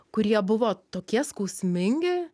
kurie buvo tokie skausmingi